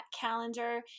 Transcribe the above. calendar